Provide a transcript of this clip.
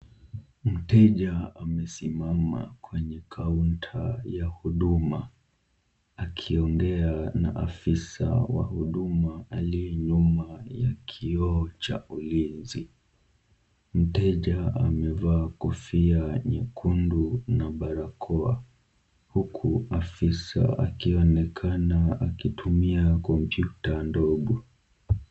Mteja amesimama kwenye kaunta ya Huduma, akiongea na afisa wa Huduma aliye nyuma ya kioo cha ulinzi. Mteja amevaa kofia nyekundu na barakoa, huku afisa akionekana akitumia kompyuta ndogo.